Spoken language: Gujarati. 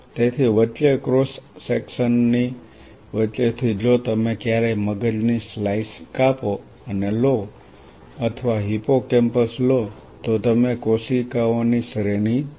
તેથી વચ્ચે ક્રોસ સેક્શનની વચ્ચેથી જો તમે ક્યારેય મગજની સ્લાઇસ કાપો અને લો અથવા હિપ્પોકેમ્પસ લો તો તમે કોશિકાઓની શ્રેણી જોશો